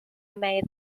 may